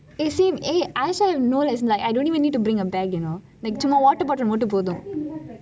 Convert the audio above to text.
eh same eh I also have no lesson like I dunnit to even bring a bag you know like சும்மா:summa water bottle மட்டும் போதும்:mattum pothum